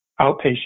outpatient